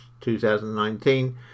2019